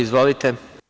Izvolite.